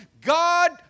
God